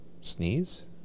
Sneeze